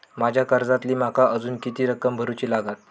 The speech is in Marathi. माझ्या कर्जातली माका अजून किती रक्कम भरुची लागात?